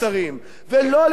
ולא על-ידי הממשלה.